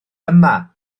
yma